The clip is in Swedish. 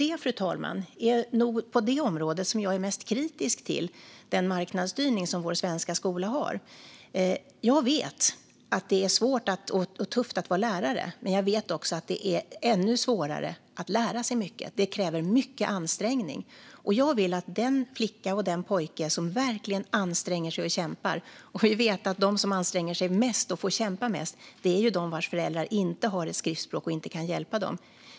Det är på det området, fru talman, som jag är mest kritisk till den marknadsstyrning som vår svenska skola har. Jag vet att det är svårt och tufft att vara lärare. Men jag vet också att det är ännu svårare att lära sig mycket. Det kräver mycket ansträngning, och jag vill att den flicka och den pojke som verkligen anstränger sig och kämpar ska få chansen att uppleva en lycka. Vi vet att de som anstränger sig mest och får kämpa mest är de vars föräldrar inte har ett skriftspråk och kan hjälpa dem.